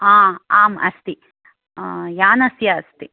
आम् अस्ति यानस्य अस्ति